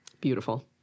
Beautiful